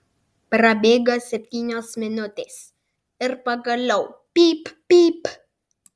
prabėga septynios minutės ir pagaliau pyp pyp